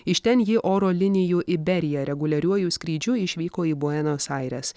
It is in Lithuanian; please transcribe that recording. iš ten ji oro linijų į beriją reguliariuoju skrydžiu išvyko į buenos aires